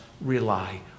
rely